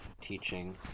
teaching